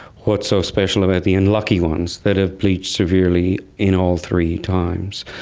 what's so special about the unlucky ones that have bleached severely in all three times?